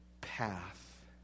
path